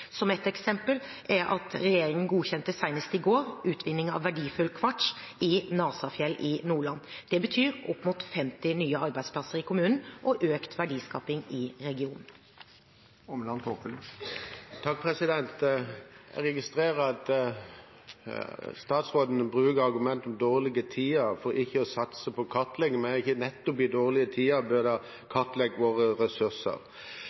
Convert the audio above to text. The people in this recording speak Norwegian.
Et eksempel er at regjeringen, senest i går, godkjente utvinning av verdifull kvarts i Nasafjell i Nordland. Det betyr opp mot 50 nye arbeidsplasser i kommunen og økt verdiskaping i regionen. Jeg registrerer at statsråden bruker argumentet om dårlige tider for ikke å satse på kartlegging, men er det ikke nettopp i dårlige tider en burde ha kartlagt våre ressurser?